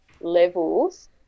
levels